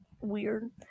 Weird